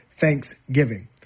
Thanksgiving